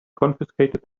confiscated